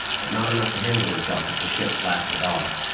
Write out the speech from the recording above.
but not enough to handle himself if the ship blasted off.